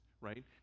right